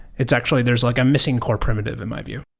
it's actually, there's like a missing core primitive in my view.